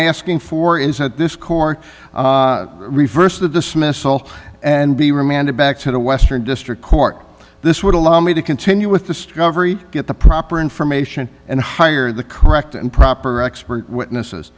asking for is that this court reversed the dismissal and be remanded back to the western district court this would allow me to continue with the get the proper information and hire the correct and proper expert witness